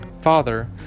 Father